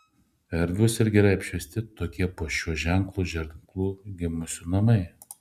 erdvūs ir gerai apšviesti tokie po šiuo zodiako ženklu gimusiųjų namai